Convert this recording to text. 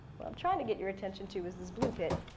what i'm trying to get your attention to is this blue pit.